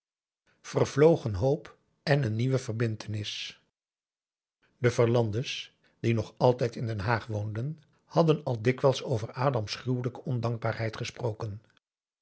vervlogen hoop en een nieuwe verbintenis de verlande's die nog altijd in den haag woonden hadden al dikwijls over adams gruwelijke ondankbaarheid gesproken